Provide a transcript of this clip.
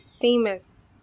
famous